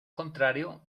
contrario